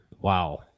Wow